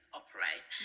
operate